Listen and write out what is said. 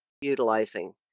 utilizing